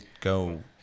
go